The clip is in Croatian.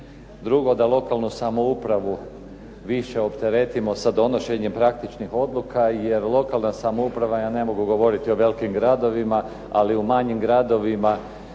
Drugo, da lokalnu samoupravu više opteretimo sa donošenjem praktičnih odluka, jer lokalna samouprava ja ne mogu govoriti o velikim gradovima, ali o manjim gradovima